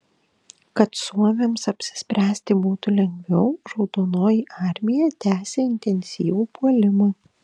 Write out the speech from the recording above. kad suomiams apsispręsti būtų lengviau raudonoji armija tęsė intensyvų puolimą